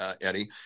Eddie